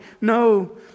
No